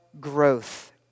growth